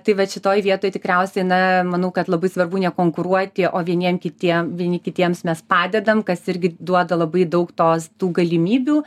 tai vat šitoj vietoj tikriausiai na manau kad labai svarbu nekonkuruoti o vieniem kitiem vieni kitiems mes padedam kas irgi duoda labai daug tos tų galimybių